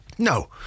No